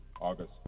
August